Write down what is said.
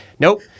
Nope